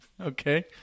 Okay